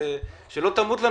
שלא תמות לנו,